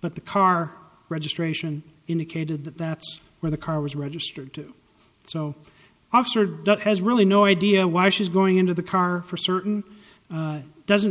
but the car registration indicated that that's where the car was registered to so officer doug has really no idea why she's going into the car for certain doesn't